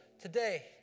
today